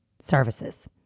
services